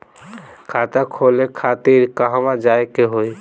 खाता खोले खातिर कहवा जाए के होइ?